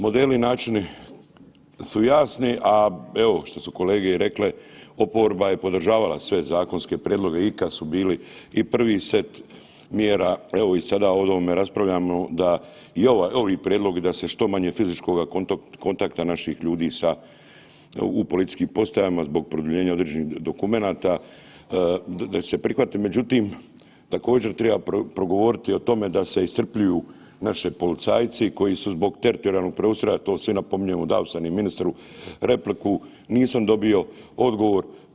Modeli i načini su jasni, a evo što su kolege i rekle, oporba je podržavala sve zakonske prijedloge i kad su bili i prvi set mjera, evo i sada od ovome raspravljamo da i ovi prijedloga da se što manje fizičkog kontakta naših ljudi sa, u policijskim postajama zbog produljena određenih dokumenata, da će se prihvatiti međutim, također, treba progovoriti o tome da se iscrpljuju naše policajci koji su zbog teritorijalnog preustroja, to sve napominjem ... repliku, nisam dobio odgovor.